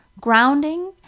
grounding